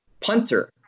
Punter